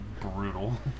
Brutal